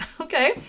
okay